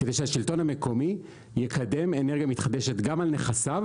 כדי שהוא יקדם אנרגיה מתחדשת גם על נכסיו,